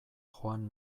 joan